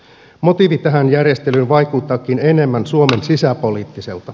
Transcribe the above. motiivi tähän järjestelyyn vaikuttaakin enemmän suomen sisäpolitiikalta